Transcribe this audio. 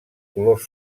colors